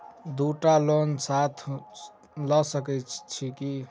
दु टा लोन साथ लऽ सकैत छी की?